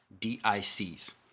DICs